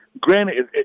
Granted